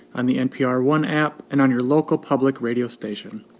on the npr one app and on your local public radio station.